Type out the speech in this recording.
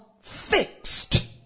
fixed